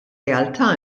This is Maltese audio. realtà